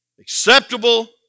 acceptable